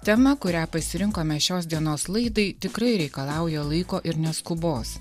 tema kurią pasirinkome šios dienos laidai tikrai reikalauja laiko ir ne skubos